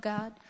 God